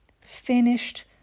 Finished